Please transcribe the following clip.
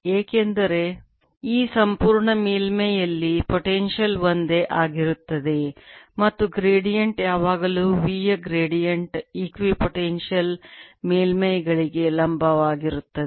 ಏಕೆಂದರೆ ಈ ಸಂಪೂರ್ಣ ಮೇಲ್ಮೈಯಲ್ಲಿ ಪೊಟೆನ್ಶಿಯಲ್ ಒಂದೇ ಆಗಿರುತ್ತದೆ ಮತ್ತು ಗ್ರೇಡಿಯಂಟ್ ಯಾವಾಗಲೂ V ಯ ಗ್ರೇಡಿಯಂಟ್ ಇಕ್ವಿಪೋಟೆನ್ಶಿಯಲ್ ಮೇಲ್ಮೈಗಳಿಗೆ ಲಂಬವಾಗಿರುತ್ತದೆ